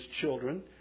children